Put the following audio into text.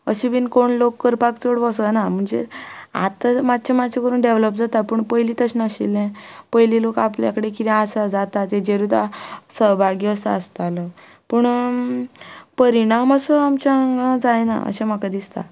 अशें बी कोण लोक करपाक चड वसना म्हणजे आतां मात्शे मात्शे करून डेवलोप जाता पूण पयलीं तशें नाशिल्लें पयलीं लोक आपल्या कडेन कितें आसा जाता तेजेरूच सहभाग्य असो आसतालो पूण परिणाम असो आमच्या हांगा जायना अशें म्हाका दिसता